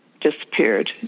disappeared